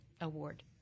award